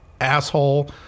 asshole